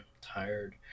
tired